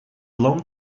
long